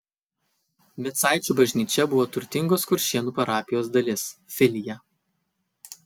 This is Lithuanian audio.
micaičių bažnyčia buvo turtingos kuršėnų parapijos dalis filija